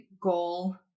goal